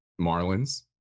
marlins